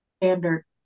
Standard